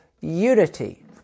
unity